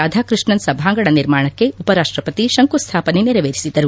ರಾಧಾಕೃಷ್ಣನ್ ಸಭಾಂಗಣ ನಿರ್ಮಾಣಕ್ಕೆ ಉಪರಾಷ್ಟಪತಿ ಶಂಕುಸ್ಟಾಪನೆ ನೆರವೇರಿಸಿದರು